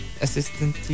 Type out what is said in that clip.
assistant